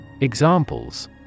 Examples